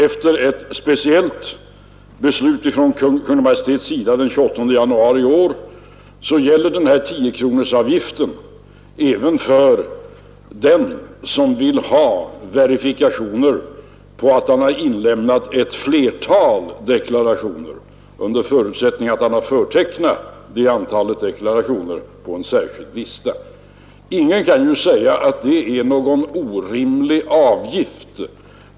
Efter ett speciellt beslut från Kungl. Maj:ts sida den 28 januari i år gäller 10-kronorsavgiften även för den som vill ha verifikationer på att han inlämnat ett flertal deklarationer, under förutsättning att han förtecknat ett antal deklarationer på en särskild lista. Ingen kan säga att det är någon orimlig avgift.